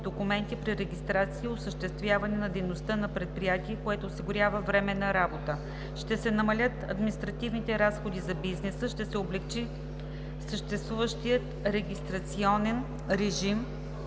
документи при регистрация и осъществяване на дейността като предприятие, което осигурява временна работа. Ще се намалят административните разходи за бизнеса, ще се облекчи съществуващият регистрационен режим